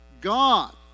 God